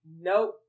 nope